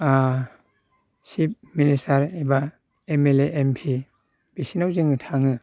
ओ chief minister एबा M L A M P बिसिनाव जोङो थाङो